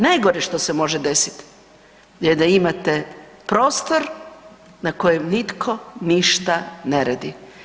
Najgore što se može desiti je da imate prostor na kojem nitko ništa ne radi.